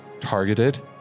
targeted